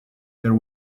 there